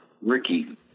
Ricky